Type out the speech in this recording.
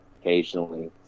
occasionally